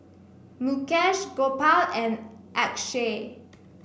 Mukesh Gopal and Akshay